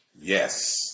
Yes